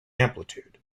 amplitude